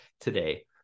today